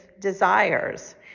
desires